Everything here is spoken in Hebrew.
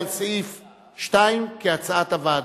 על סעיף 2 כהצעת הוועדה.